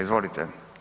Izvolite.